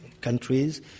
countries